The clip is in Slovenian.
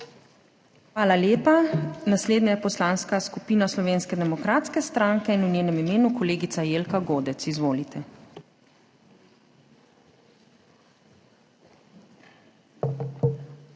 Hvala lepa. Naslednja je Poslanska skupina Slovenske demokratske stranke in v njenem imenu kolegica Jelka Godec. Izvolite.